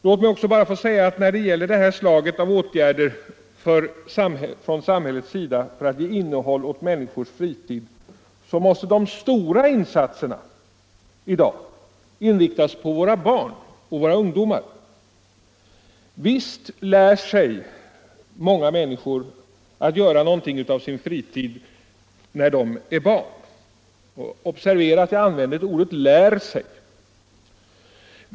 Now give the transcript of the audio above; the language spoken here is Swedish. Låt mig också få säga, när det gäller det här slaget av åtgärder från samhällets sida för att ge innehåll åt människors fritid, att de stora insatserna i dag måste inriktas på våra barn och ungdomar. Visst lär sig många människor som barn att göra något av sin fritid. Observera att jag använder orden ”lär sig”!